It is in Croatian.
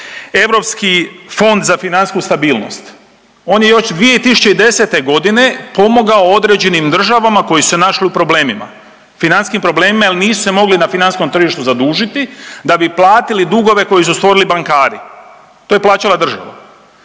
Europski fond za financijsku stabilnost, on je još 2010.g. pomogao određenim državama koje su se našle u problemima, financijskim problemima jel nisu se mogli na financijskom tržištu zadužiti da bi platili dugove koje su stvorili bankari, to je plaćala država.